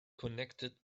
connected